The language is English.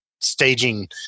staging